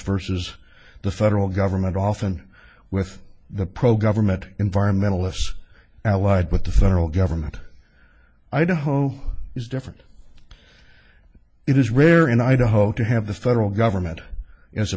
versus the federal government often with the pro government environmentalists allied with the federal government idaho is different it is rare in idaho to have the federal government as a